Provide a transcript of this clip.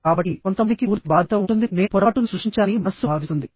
కాబట్టి కొంతమందికి పూర్తి బాధ్యత ఉంటుందిః నేను పొరపాటు ను సృష్టించానని మనస్సు భావిస్తుంది